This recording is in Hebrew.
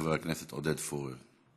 חבר הכנסת עודד פורר.